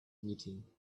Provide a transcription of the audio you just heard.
meeting